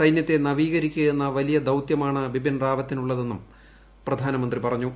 സൈന്യത്തെ നവീകരിക്കുകയെന്ന വലിയ ദൌത്യമാണ് ബിപിൻ റാവത്തിനുള്ളതെന്നും പ്രധാനമന്ത്രി പറഞ്ഞു